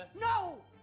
no